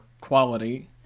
quality